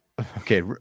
Okay